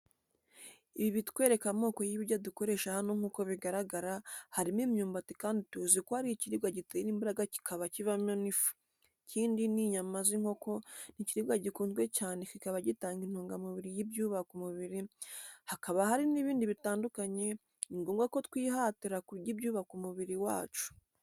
Ibi bitwereka amoko y'ibiryo dukoresha hano nk'uko bigaragara harimo imyumbati kandi tuzi ko ari ikiribwa gitera imbaraga kikaba kivamo n'ifu, ikindi ni inyama z'inkoko ni ikiribwa gikunzwe cyane kikaba gitanga intungamubiri y'ibyubaka umubiri, hakaba hari n'ibindi bitandukanye, ni ngombwa ko twihatira kurya ibyubaka umubiri wacu.